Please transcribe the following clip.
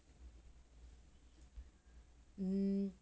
mm